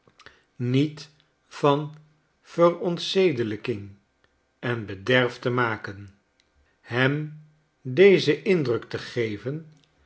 niet van verontzedelyking en bederf te maken hem dezen indruk te geven